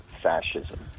fascism